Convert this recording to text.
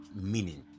meaning